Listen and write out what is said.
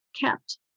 kept